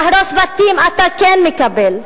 להרוס בתים אתה כן מקבל.